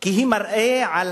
כי הוא מראה על